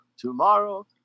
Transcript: tomorrow